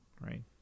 right